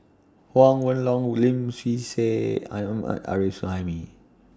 Huang Wenhong Lim Swee Say and Arif Suhaimi